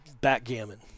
backgammon